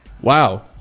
Wow